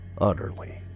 Utterly